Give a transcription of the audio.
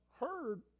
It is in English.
heard